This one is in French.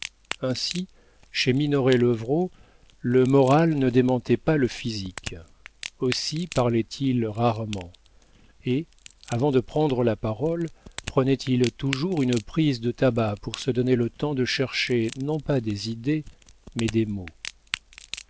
ainsi chez minoret levrault le moral ne démentait pas le physique aussi parlait-il rarement et avant de prendre la parole prenait-il toujours une prise de tabac pour se donner le temps de chercher non pas des idées mais des mots